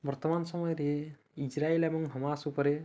ବର୍ତ୍ତମାନ ସମୟରେ ଇସ୍ରାଏଲ ଏବଂ ହମାସ ଉପରେ